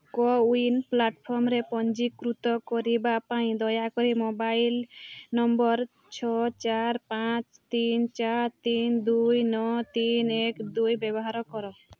CoWIN ପ୍ଲାଟଫର୍ମରେ ପଞ୍ଜୀକୃତ କରିବା ପାଇଁ ଦୟାକରି ମୋବାଇଲ୍ ନମ୍ବର୍ ଛଅ ଚାର ପାଞ୍ଚ ତିନ ଚାର ତିନ ଦୁଇ ନଅ ତିନ ଏକ ଦୁଇ ବ୍ୟବହାର କର